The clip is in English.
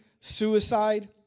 suicide